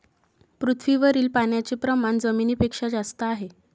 पृथ्वीवरील पाण्याचे प्रमाण जमिनीपेक्षा जास्त आहे